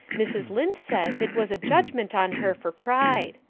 mrs. lynde says it was a judgment on her for pride.